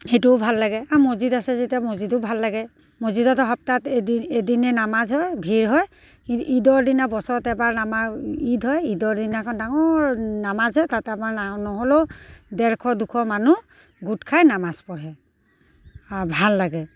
সেইটোও ভাল লাগে আৰু মছজিদ আছে যেতিয়া মছজিদো ভাল লাগে মছজিদত সপ্তাহত এদিন এদিনে নামাজ হয় ভিৰ হয় কিন্তু ঈদৰ দিনা বছৰত এবাৰ আমাৰ ঈদ হয় ঈদৰ দিনাখন ডাঙৰ নামাজ হয় তাতে আমাৰ না নহ'লেও ডেৰশ দুশ মানুহ গোট খাই নামাজ পঢ়ে ভাল লাগে